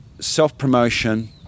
self-promotion